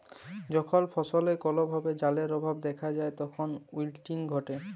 যখল ফসলে কল ভাবে জালের অভাব দ্যাখা যায় তখল উইলটিং ঘটে